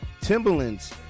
Timberland's